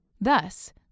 Thus